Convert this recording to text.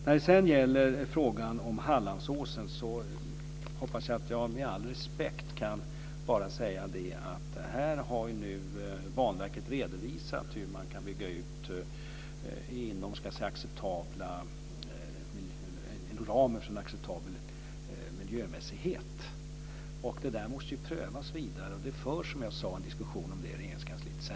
När det gäller frågan om Hallandsåsen vill jag säga följande, med all respekt. Banverket har redovisat hur man kan bygga ut inom en ram som är miljömässigt acceptabel. Det måste prövas vidare. Det förs en diskussion om det i Regeringskansliet.